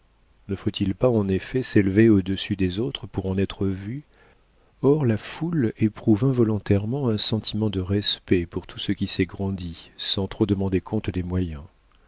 ne faut-il pas en effet s'élever au-dessus des autres pour en être vu or la foule éprouve involontairement un sentiment de respect pour tout ce qui s'est grandi sans trop demander compte des moyens